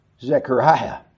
Zechariah